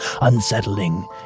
unsettling